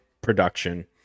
production